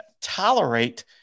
tolerate